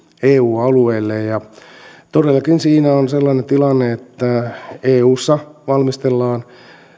eu alueelle todellakin siinä on sellainen tilanne että eussa valmistellaan